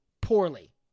poorly